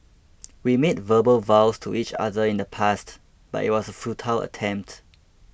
we made verbal vows to each other in the past but it was a futile attempt